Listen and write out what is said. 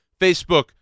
Facebook